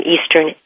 Eastern